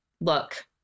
look